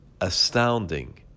Astounding